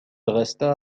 resta